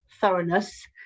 thoroughness